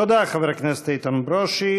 תודה, חבר הכנסת איתן ברושי.